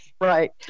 Right